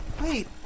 Wait